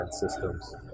systems